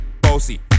Bossy